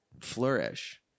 flourish